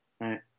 Right